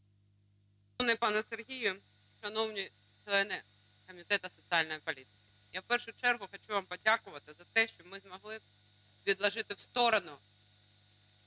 Дякую.